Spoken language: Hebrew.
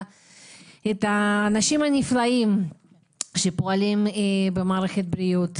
את האנשים הנפלאים שפועלים במערכת הבריאות.